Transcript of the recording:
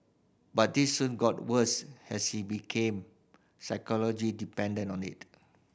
but this soon got worse as he became psychology dependent on it